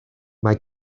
mae